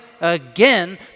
again